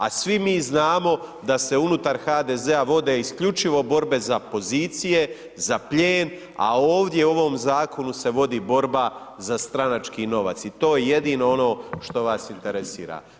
A svi mi znamo, da se unutar HDZ-a vode isključivo borbe za pozicije, za plijen, a ovdje u ovom zakonu se vodi borba za stranački novac i to je jedino ono što vas interesira.